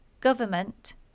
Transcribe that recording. government